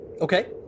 Okay